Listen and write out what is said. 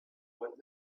want